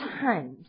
times